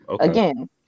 again